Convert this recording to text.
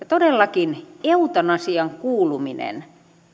todellakin eutanasian kuuluminen